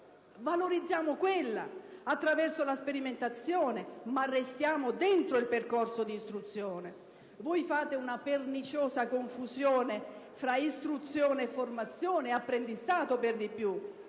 Valorizziamo quella attraverso la sperimentazione, ma restiamo dentro il percorso di istruzione. Voi fate una perniciosa confusione tra istruzione, formazione e, per di più,